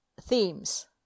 themes